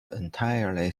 entirely